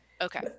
okay